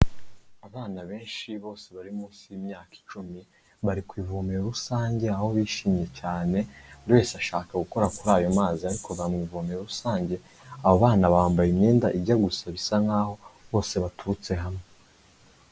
Abana benshi bose bari munsi y'imyaka icumi, bari ku ivomero rusange aho bishimye cyane, buri wese ashaka gukora kuri ayo mazi ari kuva mu ivomero rusange; abo bana bambaye imyenda ijya gusa, bisa nk'aho bose baturutse hamwe.